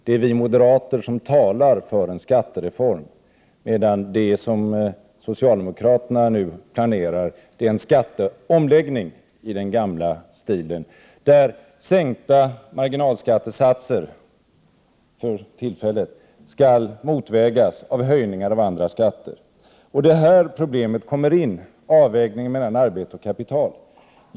Det är vi moderater som talar för en skattereform, medan det som socialdemokraterna nu planerar är en skatteomläggning i den gamla stilen, där sänkta marginalskattesatser för tillfället skall motvägas av höjningar av andra skatter. Det är här problemet kommer in — avvägningen mellan arbete och kapital.